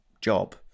job